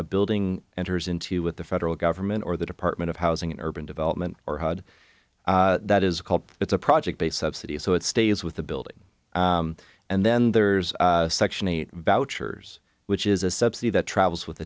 a building enters into with the federal government or the department of housing and urban development or had that is called the project a subsidy so it stays with the building and then there's section eight vouchers which is a subsidy that travels with